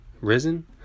risen